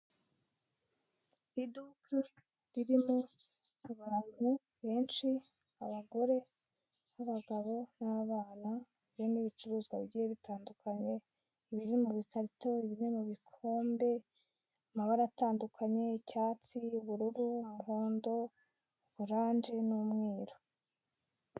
Iduka ririmo abantu benshi abagore n'abagabo n'abana ,harimo ibicuruzwa bigiye bitandukanye biri mubi karitori bimwe mu bikombe bifite amabara atandukanye icyatsi, ubururu n'umuhondo, orange n'umweru.